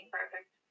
Perfect